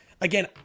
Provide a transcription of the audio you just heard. again